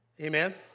Amen